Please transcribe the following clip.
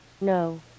No